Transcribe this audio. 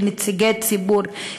כנציגי ציבור,